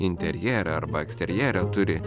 interjere arba eksterjere turi